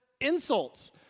insults